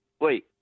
wait